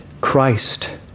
Christ